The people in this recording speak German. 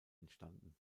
entstanden